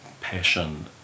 passion